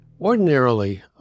Ordinarily